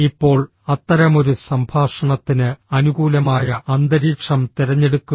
ഇപ്പോൾ അത്തരമൊരു സംഭാഷണത്തിന് അനുകൂലമായ അന്തരീക്ഷം തിരഞ്ഞെടുക്കുക